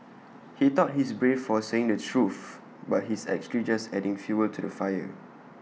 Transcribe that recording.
he thought he's brave for saying the truth but he's actually just adding fuel to the fire